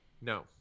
no